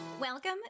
Welcome